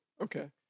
Okay